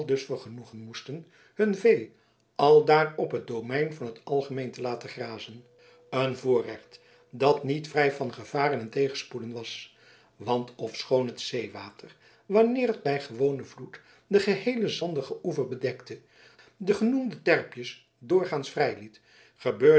vergenoegen moesten hun vee aldaar op het domein van t algemeen te laten grazen een voorrecht dat niet vrij van gevaren en tegenspoeden was want ofschoon het zeewater wanneer het bij gewonen vloed den geheelen zandigen oever bedekte de genoemde terpjes doorgaans vrijliet